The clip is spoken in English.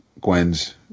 Gwen's